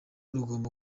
rugomba